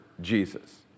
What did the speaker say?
Jesus